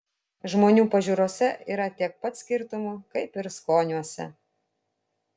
žmonių pažiūrose yra tiek pat skirtumų kaip ir skoniuose